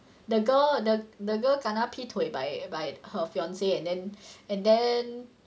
the girl the the girl kena 劈腿 by by her fiance and then and then